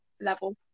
level